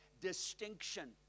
distinction